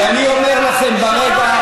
אני אומר לכם שברגע,